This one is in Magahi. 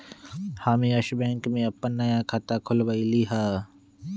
हम यस बैंक में अप्पन नया खाता खोलबईलि ह